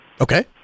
Okay